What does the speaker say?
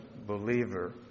believer